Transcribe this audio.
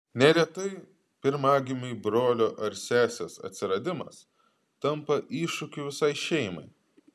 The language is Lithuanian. neretai pirmagimiui brolio ar sesės atsiradimas tampa iššūkiu visai šeimai